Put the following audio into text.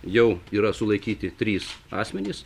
jau yra sulaikyti trys asmenys